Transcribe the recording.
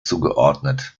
zugeordnet